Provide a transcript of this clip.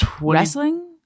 wrestling